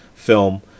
Film